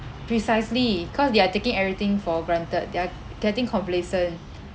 precisely cause they are taking everything for granted they are getting complacent